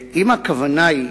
אם הכוונה היא